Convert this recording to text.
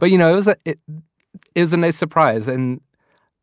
but you know, ah it is a nice surprise and